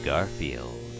Garfield